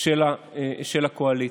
של הקואליציה.